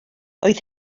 oedd